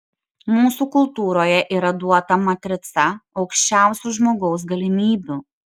mūsų kultūroje yra duota matrica aukščiausių žmogaus galimybių